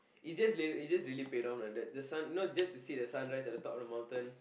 it just really it just really paid off like the the sun know just to see the sunrise on top of the mountain